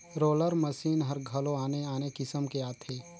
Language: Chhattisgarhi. रोलर मसीन हर घलो आने आने किसम के आथे